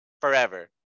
forever